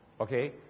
Okay